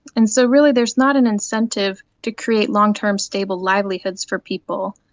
and so really there's not an incentive to create long-term stable livelihoods for people.